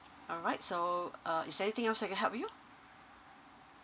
alright so uh is there anything else I can help you